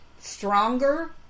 stronger